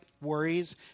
worries